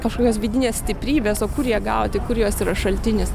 kažkokios vidinės stiprybės o kur ją gauti kur jos yra šaltinis